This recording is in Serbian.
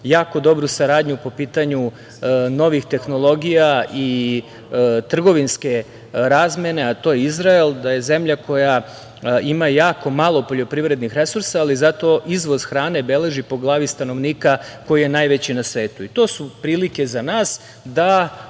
jako dobru saradnju po pitanju novih tehnologija i trgovinske razmene, a to je Izrael, a je zemlja koja ima jako malo poljoprivrednih resursa, ali zato izvoz hrane beleži po glavi stanovnika koji je najveći na svetu. To su prilike za nas da